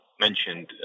mentioned